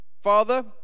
father